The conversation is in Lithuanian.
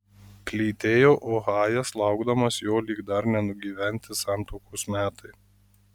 plytėjo ohajas laukdamas jo lyg dar nenugyventi santuokos metai